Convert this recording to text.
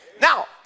Now